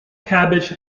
cabbage